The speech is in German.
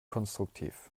konstruktiv